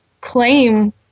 claim